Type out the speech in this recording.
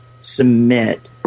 submit